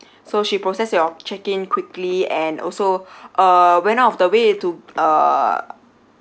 so she process your check in quickly and also uh went out of the way to uh